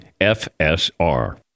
FSR